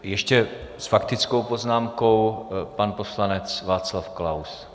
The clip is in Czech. Ještě s faktickou poznámkou poslanec Václav Klaus.